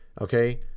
Okay